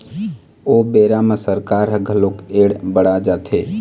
ओ बेरा म सरकार ह घलोक हड़ बड़ा जाथे